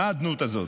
מה האדנות הזאת?